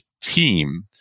team